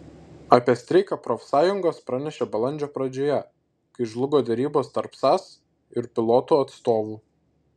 apie streiką profsąjungos pranešė balandžio pradžioje kai žlugo derybos tarp sas ir pilotų atstovų